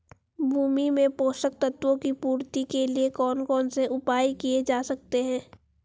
भूमि में पोषक तत्वों की पूर्ति के लिए कौन कौन से उपाय किए जा सकते हैं?